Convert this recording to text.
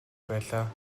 байлаа